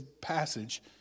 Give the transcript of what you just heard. passage